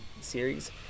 series